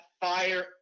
fire